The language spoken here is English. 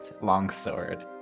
longsword